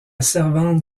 servante